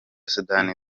sudani